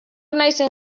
naizen